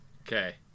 Okay